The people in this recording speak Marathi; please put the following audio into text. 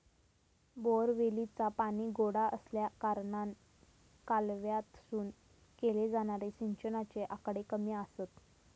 बोअरवेलीचा पाणी गोडा आसल्याकारणान कालव्यातसून केले जाणारे सिंचनाचे आकडे कमी आसत